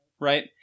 right